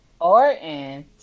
Orin